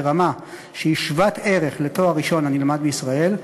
ברמה שהיא שוות ערך לתואר ראשון הנלמד בישראל,